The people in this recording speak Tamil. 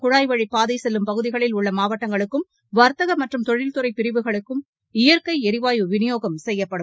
குழாய் வழிப்பாதை செல்லும் பகுதிகளில் உள்ள மாவட்டங்களுக்கும் வர்த்தக இந்த மற்றம் தொழில்துறை பிரிவுகளுக்கு இயற்கை ளிவாயு விநியோகம் செய்யப்படும்